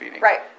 Right